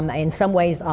um in some ways,